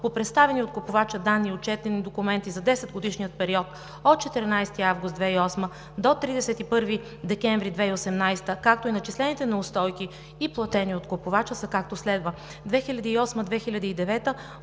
по представени от купувача данни и отчетени документи за 10-годишния период от 14 август 2008 г. до 31 декември 2018 г., както и начислените неустойки и платените от купувача, са както следва: 2008 – 2009 г.